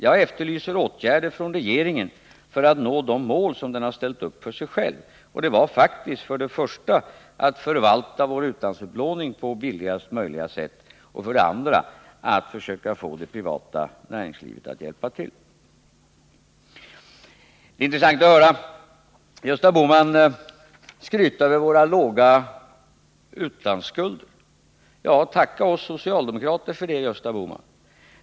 Jag efterlyser åtgärder från regeringen för att nå de mål som regeringen har ställt upp. Det var faktiskt för det första att förvalta vår utlandsupplåning på billigast möjliga sätt och för det andra att försöka få det privata näringslivet att hjälpa till. Det är intressant att höra Gösta Bohman skryta över våra låga utlandsskulder. Tacka oss socialdemokrater för det, Gösta Bohman!